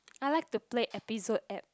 I like to play episode app